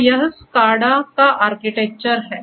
तो यह स्काडा का आर्किटेक्चर है